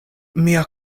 mia